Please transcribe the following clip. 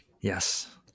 Yes